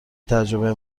تجربه